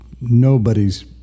nobody's